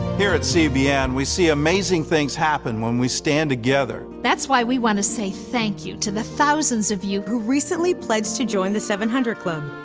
here at cbn, we see amazing things happen when we stand together. that's why we want to say thank you to the thousands of you. who recently pledged to join the seven hundred club.